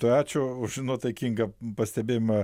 ačiū už nuotaikingą pastebėjimą